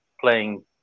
playing